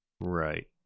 Right